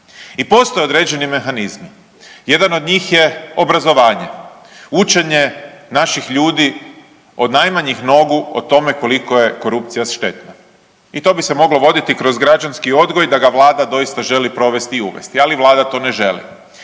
I postoje određeni mehanizmi. Jedan od njih je obrazovanje, učenje naših ljudi od najmanjih nogu o tome koliko je korupcija štetna. I to bi se moglo voditi kroz građanski odgoj da ga vlada doista želi provesti i uvesti, ali vlada to ne želi.